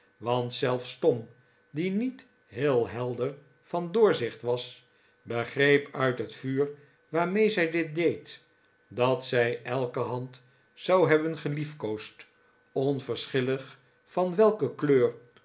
want zelfs tom die niet heel helder van doorzicht was begreep uit het vuur warmee zij dit deed dat zij elke hand zou hebben geliefkoosd onverschillig van welke kleur